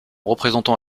représentant